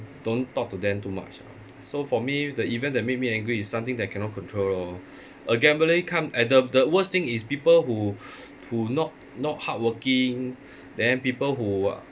don't talk to them too much lah so for me the event that make me angry is something that cannot control lor uh gambling come and the the worst thing is people who who not not hardworking then people who